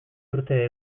urte